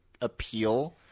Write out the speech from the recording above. appeal